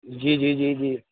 جی جی جی جی